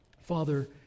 Father